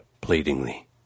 pleadingly